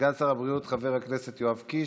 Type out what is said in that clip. סגן שר הבריאות חבר הכנסת יואב קיש,